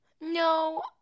No